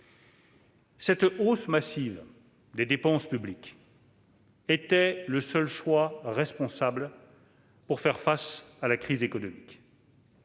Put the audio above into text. Cette hausse massive des dépenses publiques était le seul choix responsable pour faire face à la crise économique.